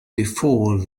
before